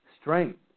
strength